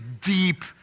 deep